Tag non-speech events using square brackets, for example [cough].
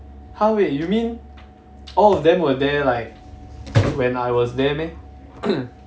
how eh you mean all of them were there like when I was there meh [coughs]